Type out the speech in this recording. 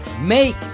Make